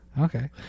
okay